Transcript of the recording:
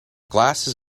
glasses